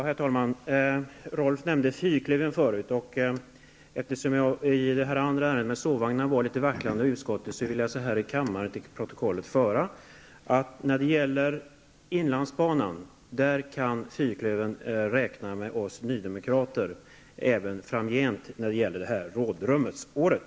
Herr talman! Rolf Clarkson nämnde tidigare Fyrklövern. Eftersom jag i sovvagnsärendet var litet vacklande i utskottet, vill jag till kammarens protokoll uttala att Fyrklövern kan räkna med oss nydemokrater när det gäller inlandsbanan även under rådsrumsåret.